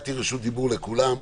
נתתי רשות דיבור לכולם.